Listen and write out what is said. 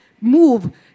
move